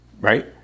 right